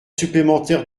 supplémentaire